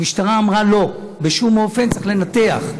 המשטרה אמרה: לא, בשום אופן, צריך לנתח.